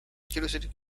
curiosity